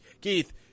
Keith